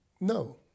no